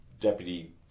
Deputy